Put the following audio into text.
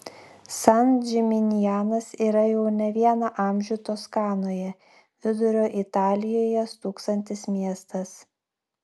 san džiminjanas yra jau ne vieną amžių toskanoje vidurio italijoje stūksantis miestas